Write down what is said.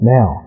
Now